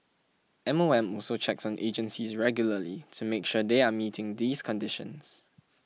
M O M also checks on agencies regularly to make sure they are meeting these conditions